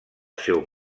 seu